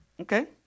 Okay